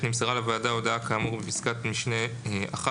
(ב)נמסרה לוועדה הודעה כאמור בפסקת משנה (1),